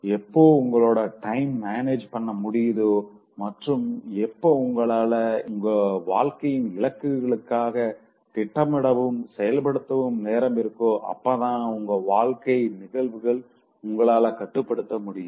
எப்போ உங்களால டைம மேனேஜ் பண்ண முடியுதோ மற்றும் எப்ப உங்களால உங்க வாழ்க்கையின் இலக்குகளுக்காக திட்டமிடவும் செயல்படுத்தவும் நேரமிருக்கோ அப்பதா உங்க வாழ்க்கை நிகழ்வுகள உங்களால கட்டுப்படுத்த முடியும்